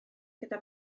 gyda